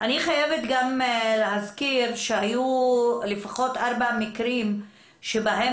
אני חייבת גם להזכיר שהיו לפחות ארבעה מקרים שבהם